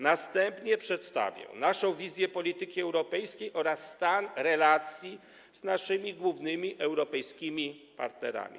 Następnie przedstawię naszą wizję polityki europejskiej oraz stan relacji z naszymi głównymi europejskimi partnerami.